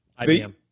IBM